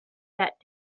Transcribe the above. that